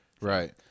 Right